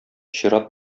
чират